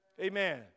Amen